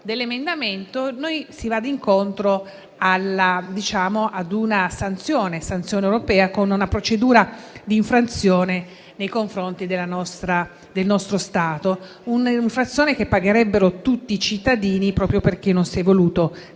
dell'emendamento, temiamo di andare incontro a una sanzione europea, con una procedura di infrazione nei confronti del nostro Stato; un'infrazione che pagherebbero tutti i cittadini proprio perché non si è voluto decidere,